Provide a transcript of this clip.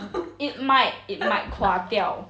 it might it might 垮掉